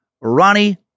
Ronnie